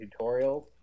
tutorials